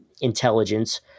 intelligence